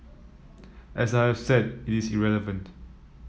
as I have said it is irrelevant